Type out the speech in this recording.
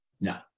No